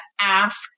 Ask